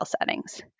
settings